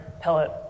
pellet